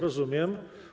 Rozumiem.